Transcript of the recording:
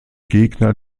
gegner